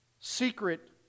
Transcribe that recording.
Secret